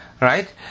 right